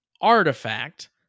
artifact